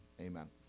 Amen